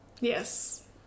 Yes